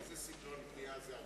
איזה סגנון פנייה זה על